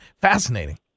Fascinating